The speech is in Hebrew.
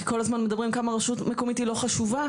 כי כל הזמן מדברים כמה רשות מקומית היא לא חשובה,